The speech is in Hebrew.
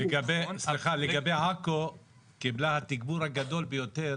לגבי עכו, קיבלה תיגבור הגדול ביותר,